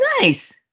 Nice